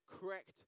correct